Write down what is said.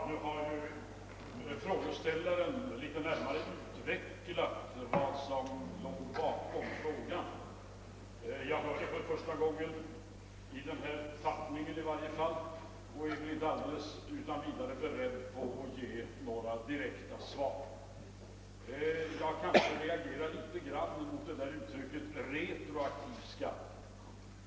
Herr talmant Nu har. ju frågeställaren litet närmare utvecklat vad som låg bakom frågan. I varje fall i den här tappningen hörde jag det för första gången och är inte utan vidare beredd på att ge några direkta svar. Jag reagerar något mot uttrycket »retroaktiv» skatt.